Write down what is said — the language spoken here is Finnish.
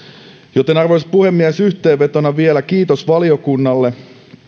joten arvoisa puhemies yhteenvetona vielä kiitos valiokunnalle